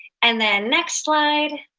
and then next slide.